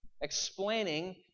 explaining